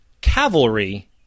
Cavalry